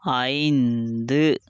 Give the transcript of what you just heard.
ஐந்து